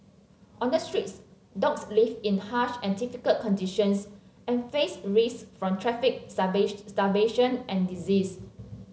on the streets dogs live in harsh and difficult conditions and face risks from traffic starvation and disease